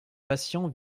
patient